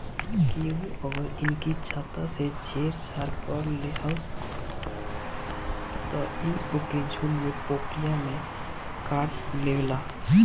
केहू अगर इनकी छत्ता से छेड़ छाड़ कर देहलस त इ ओके झुण्ड में पोकिया में काटलेवेला